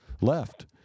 left